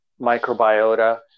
microbiota